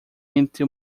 entre